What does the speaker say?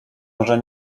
może